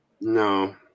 No